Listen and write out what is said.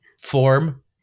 form